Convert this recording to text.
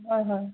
হয় হয়